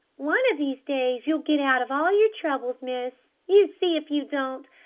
one of these days you'll get out of all your troubles, miss, you see if you don't!